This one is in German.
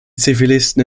zivilisten